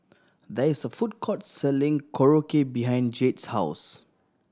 there is a food court selling Korokke behind Jade's house